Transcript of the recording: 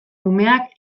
umeak